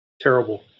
Terrible